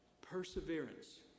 Perseverance